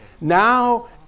Now